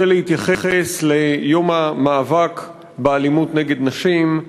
רוצה להתייחס ליום המאבק באלימות נגד נשים.